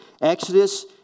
Exodus